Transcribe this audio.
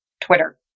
Twitter